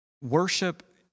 Worship